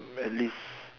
at least